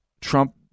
Trump